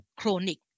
chronic